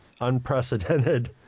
unprecedented